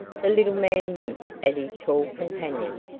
the little man winked at his tall companion,